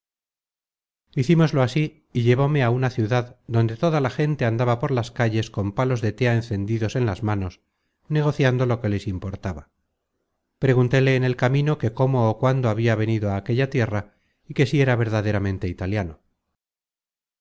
hicimoslo así y llevóme á una ciudad donde toda la gente andaba por las calles con palos de tea encendidos en las manos negociando lo que les importaba preguntéle en el camino que cómo ó cuándo habia venido a aquella tierra y que si era verdaderamente italiano